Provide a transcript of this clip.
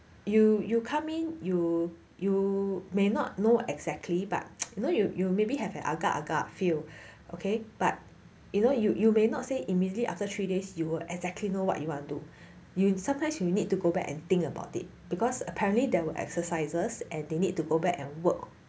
you you come in you you may not know exactly but you know you you maybe have an agak agak feel okay but you know you you may not say immediately after three days you will exactly know what you wanna do you sometimes you need to go back and think about it because apparently there were exercises and they need to go back and work